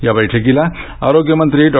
या बैठकीला आरोग्यमंत्री डॉ